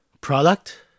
Product